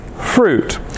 fruit